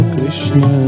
Krishna